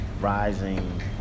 rising